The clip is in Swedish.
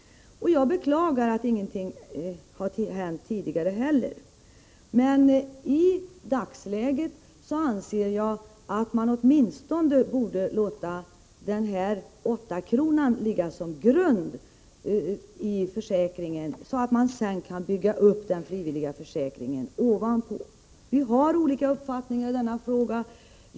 Jag beklagar att ingenting har hänt tidigare heller. Men i dagsläget anser jag att man åtminstone borde låta 8-kronan ligga som grund i försäkringen, så att man sedan kan bygga upp den frivilliga försäkringen ovanpå. Vi två har helt olika uppfattningar i denna fråga.